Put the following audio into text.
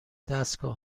دستگاه